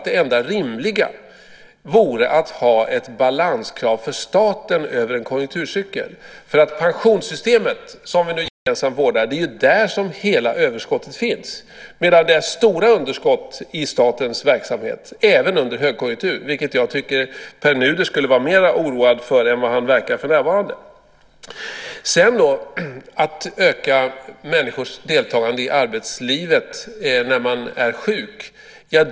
Det enda rimliga vore att ha ett balanskrav för staten över en konjunkturcykel. Det är ju i pensionssystemet, som vi gemensamt vårdar, som hela överskottet finns, medan det finns stora underskott i statens verksamhet även under en högkonjunktur. Det tycker jag Pär Nuder skulle vara mer oroad för än vad han för närvarande verkar vara. Sedan har vi detta att öka människors deltagande i arbetsliv när man är sjuk.